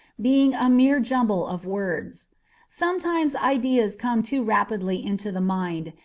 being a mere jumble of words sometimes ideas come too rapidly into the mind,